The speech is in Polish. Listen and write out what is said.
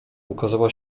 ukazała